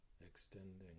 extending